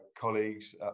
colleagues